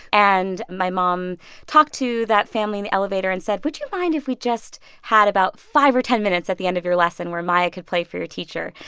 and my mom talked to that family in the elevator and said, would you mind if we just had about five or ten minutes at the end of your lesson where maya could play for your teacher?